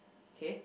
okay